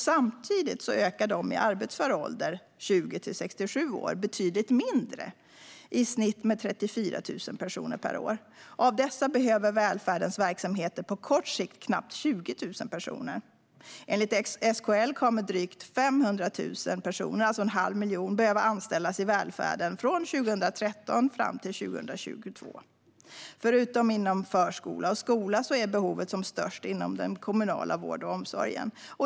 Samtidigt ökar de i arbetsför ålder, 20-67 år, betydligt mindre, i snitt med 34 000 personer per år. Av dessa behöver välfärdens verksamheter på kort sikt knappt 20 000 personer. Enligt SKL kommer drygt 500 000 personer behöva anställas i välfärden från 2013 fram till 2022. Förutom inom förskola och skola är behovet som störst inom den kommunala vården och omsorgen.